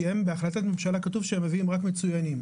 כי בהחלטת ממשלה כתוב שהם מביאים רק מצוינים.